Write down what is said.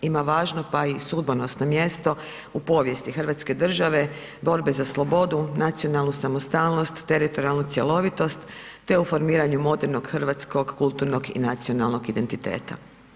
Ima važno pa i sudbonosno mjesto u povijesti Hrvatske države, borbe za slobodu, nacionalnu samostalnost, teritorijalnu cjelovitost te u formiranju modernog hrvatskog kulturnog i nacionalnog identiteta.